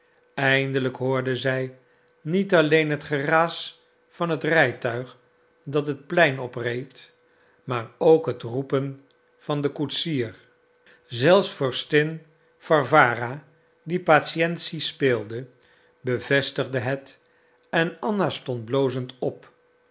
eindelijk hoorde zij niet alleen het geraas van een rijtuig dat het plein opreed maar ook het roepen van den koetsier zelfs vorstin warwara die patiëntie speelde bevestigde het en anna stond blozend op